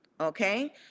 okay